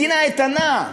מדינה איתנה,